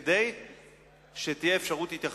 כדי שתהיה אפשרות התייחסות,